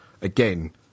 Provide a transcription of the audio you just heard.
Again